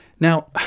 Now